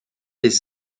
les